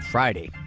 Friday